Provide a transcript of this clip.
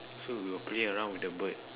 so we would play around with the bird